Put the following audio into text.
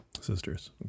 Sisters